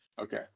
Okay